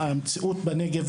המציאות בנגב,